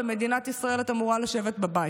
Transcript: במדינת ישראל את אמורה לשבת בבית.